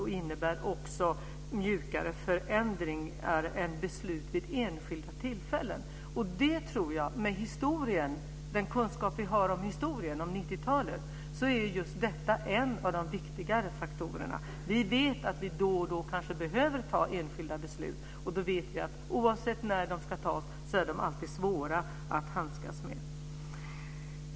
Det innebär också mjukare förändringar än beslut vid enskilda tillfällen. Med den kunskap vi har om historien, om 90-talet, är detta en av de viktigare faktorerna. Vi vet att vi då och då behöver fatta enskilda beslut, och vi vet att oavsett när de behöver fattas är de alltid svåra att handskas med.